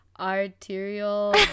Arterial